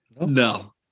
No